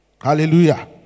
Hallelujah